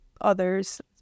others